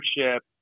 ownership